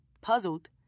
Puzzled